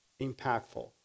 impactful